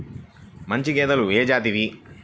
మంచి గేదెలు ఏ జాతివి?